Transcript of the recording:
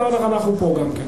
ככה גם אנחנו כאן.